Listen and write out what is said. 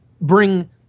bring